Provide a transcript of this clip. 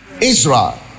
Israel